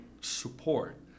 support